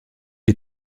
est